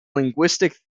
linguistic